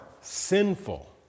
sinful